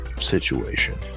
situation